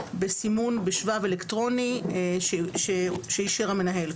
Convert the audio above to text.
בסימון בשבב אלקטרוני שאישר המנהל.